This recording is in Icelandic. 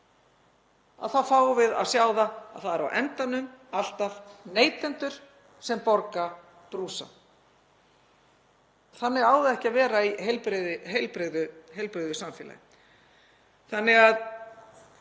þá fáum við að sjá að það eru á endanum alltaf neytendur sem borga brúsann. Þannig á það ekki að vera í heilbrigðu samfélagi. Við